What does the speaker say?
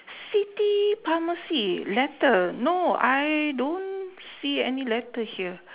city pharmacy letter no I don't see any letter here